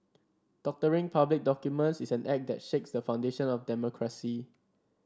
doctoring public documents is an act that shakes the foundation of democracy